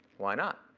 why not?